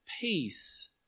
peace